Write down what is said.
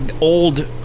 Old